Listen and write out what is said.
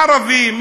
ערבים,